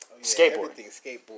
Skateboard